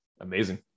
Amazing